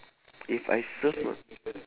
if I serve uh